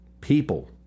people